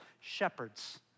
shepherds